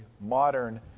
modern